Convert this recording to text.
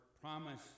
promise